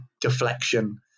deflection